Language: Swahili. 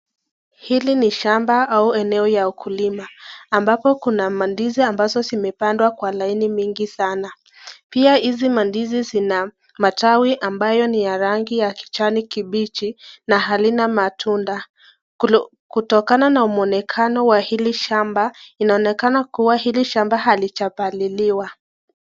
Hili ni shamba au eneo ya ukulima, ambapo kuna mandizi ambazo zimepangwa kwa laini mingi sana, pia hizi mandizi zina matawi ambayo ni ya rangi ya kijani kibichi na halina matunda. Kutokana na mwonekano wa hili shamba, inaonekana kuwa hili shamba halija paliliwa.